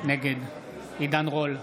נגד עידן רול,